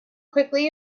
quickly